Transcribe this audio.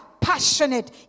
passionate